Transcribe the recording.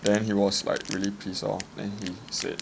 then he was like really pissed off lor and he said